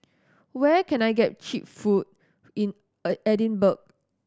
where can I get cheap food in Edinburgh